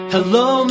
Hello